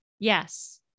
Yes